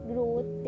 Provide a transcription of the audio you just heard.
Growth